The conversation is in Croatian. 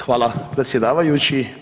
Hvala predsjedavajući.